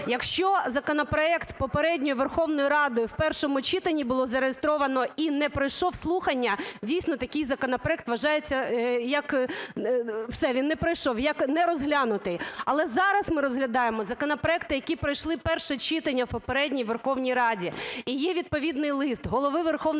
Якщо законопроект попередньою Верховною Радою в першому читанні було зареєстровано і не пройшов слухання, дійсно такий законопроект вважається як, все, він не пройшов, як нерозглянутий. Але зараз ми розглядаємо законопроекти, які пройшли перше читання в попередній Верховній Раді. І є відповідний лист Голови Верховної Ради